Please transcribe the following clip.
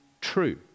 true